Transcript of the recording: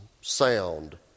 sound